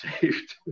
saved